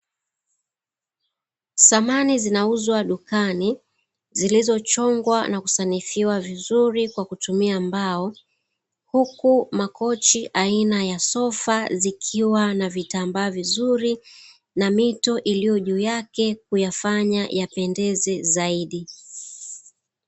Samani zinauzwa dukani zilizochongwa na kusanifiwa vizuri kwa kutumia kwa mbao, huku makochi aina ya sofa zikiwa na vitambaa vizuri na mito iliyo juu yake kuyafanya yapendeze zaidi.